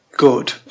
Good